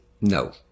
No